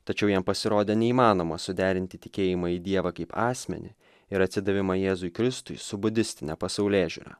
tačiau jam pasirodė neįmanoma suderinti tikėjimą į dievą kaip asmenį ir atsidavimą jėzui kristui su budistine pasaulėžiūra